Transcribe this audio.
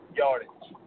yardage